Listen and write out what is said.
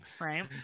Right